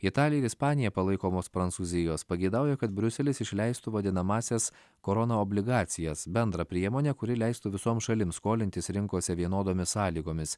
italija ir ispanija palaikomos prancūzijos pageidauja kad briuselis išleistų vadinamąsias korona obligacijas bendrą priemonę kuri leistų visoms šalims skolintis rinkose vienodomis sąlygomis